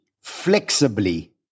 flexibly